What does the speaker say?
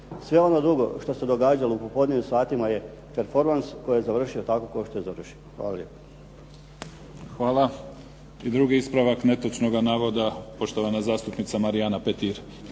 Sve ono drugo što se događalo u popodnevnim satima je performans koji je završio tako kako je završio. Hvala lijepa. **Mimica, Neven (SDP)** Hvala. I drugi ispravak netočnoga navoda, poštovana zastupnica Marijana Petir.